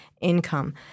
income